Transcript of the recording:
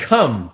Come